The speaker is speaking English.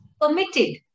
permitted